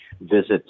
visit